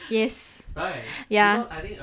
yes ya